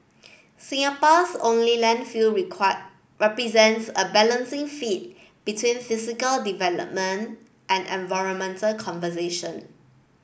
Singapore's only landfill require represents a balancing feat between physical development and environmental conservation